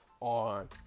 on